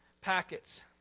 packets